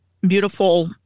beautiful